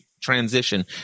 transition